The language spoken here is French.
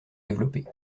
développés